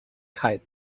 kite